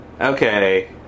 okay